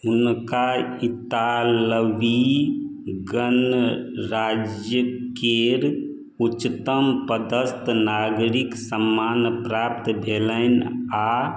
हुनका इतालवी गणराज्यकेर उच्चतम पदस्थ नागरिक सम्मान प्राप्त भेलनि आ